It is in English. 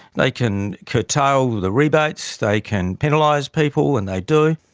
they can curtail the rebates, they can penalise people and they do.